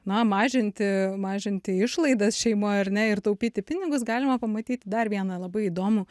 na mažinti mažinti išlaidas šeimoj ar ne ir taupyti pinigus galima pamatyti dar vieną labai įdomų